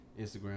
Instagram